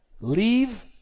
leave